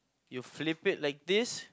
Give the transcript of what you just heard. you flip it like this